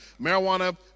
marijuana